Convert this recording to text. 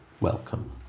welcome